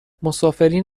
مسافرین